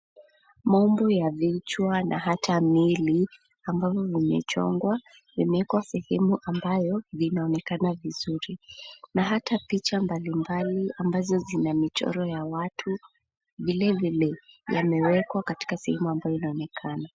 Maumbo ya vichwa na hata miili, ambavyo vimechongwa, vimewekwa sehemu ambayo vinaonekana vizuri, na hata picha mbalimbali ambazo zina michoro ya watu vilevile yamewekwa katika sehemu ambayo inaonekana.